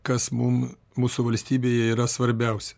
kas mum mūsų valstybėje yra svarbiausia